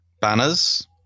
Banners